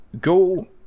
go